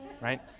right